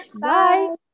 Bye